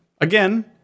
again